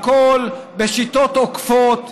והכול בשיטות עוקפות,